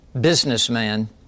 businessman